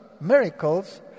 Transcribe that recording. miracles